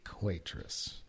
waitress